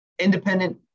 Independent